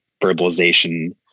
verbalization